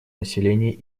населения